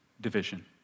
division